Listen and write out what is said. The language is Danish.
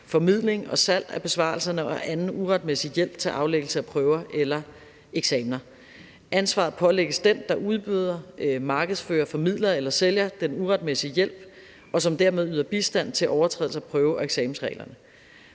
formidling og salg af besvarelserne og anden uretmæssig hjælp til aflæggelse af prøver eller eksamener. Ansvaret pålægges den, der udbyder, markedsfører, formidler eller sælger den uretmæssige hjælp, og som dermed yder bistand til overtrædelse af prøve- og eksamensreglerne.